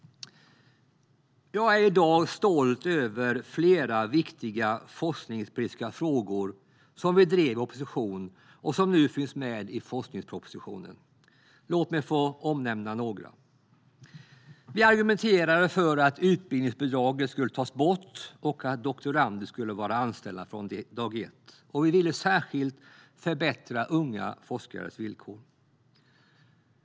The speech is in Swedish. Jag är i dag stolt över att flera viktiga forskningspolitiska frågor som vi drev i opposition nu finns med i forskningspropositionen. Låt mig omnämna några: Vi argumenterade för att utbildningsbidraget skulle tas bort och för att doktorander skulle vara anställda från dag ett. Vi ville särskilt förbättra unga forskares villkor.